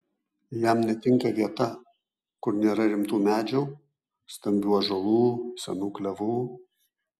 jam netinka vieta kur nėra rimtų medžių stambių ąžuolų senų klevų